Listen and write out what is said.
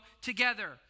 together